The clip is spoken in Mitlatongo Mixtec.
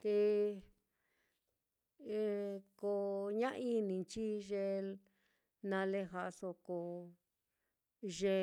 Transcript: Te ko ña ini nchi ye nale ja'aso ko ye